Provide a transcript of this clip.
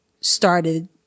started